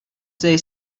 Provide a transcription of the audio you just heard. say